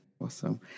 Awesome